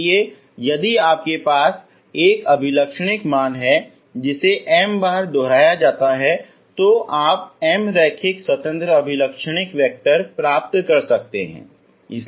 इसलिए यदि आपके पास एक अभिलक्षणिक मान है जिसे m बार दोहराया जाता है आप m रैखिक स्वतंत्र अभिलक्षणिक वैक्टर प्राप्त कर सकते हैं